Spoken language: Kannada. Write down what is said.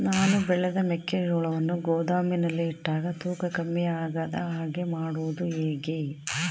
ನಾನು ಬೆಳೆದ ಮೆಕ್ಕಿಜೋಳವನ್ನು ಗೋದಾಮಿನಲ್ಲಿ ಇಟ್ಟಾಗ ತೂಕ ಕಮ್ಮಿ ಆಗದ ಹಾಗೆ ಮಾಡೋದು ಹೇಗೆ?